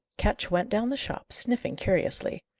ketch went down the shop, sniffing curiously.